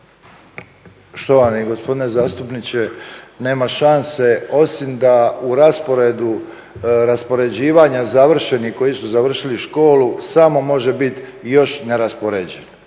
Štovani gospodine zastupniče nema šanse, osim da u rasporedu raspoređivanja završenih koji su završili školu samo može biti još neraspoređen,